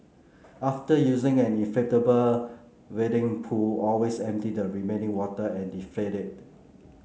after using an inflatable wading pool always empty the remaining water and deflate it